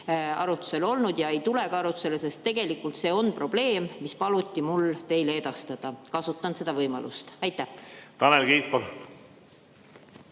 arutusel olnud ja ei tule ka arutusele? Tegelikult see on probleem, mis paluti mul teile edastada. Kasutan seda võimalust. Tanel Kiik,